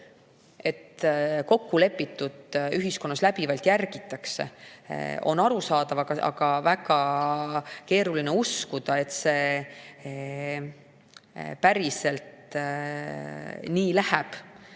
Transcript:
et kokkulepitut ühiskonnas läbivalt järgitakse, on arusaadav, aga väga keeruline on uskuda, et see päriselt nii läheb,